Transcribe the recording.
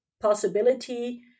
possibility